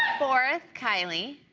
fourth, kyliedemoo,